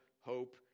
hope